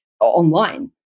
online